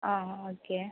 ആ ഓക്കെ